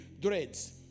Dreads